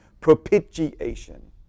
Propitiation